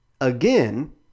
Again